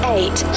Eight